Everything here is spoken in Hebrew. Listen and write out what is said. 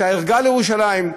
את הערגה לירושלים,